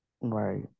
Right